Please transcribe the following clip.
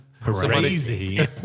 Crazy